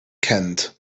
kent